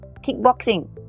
kickboxing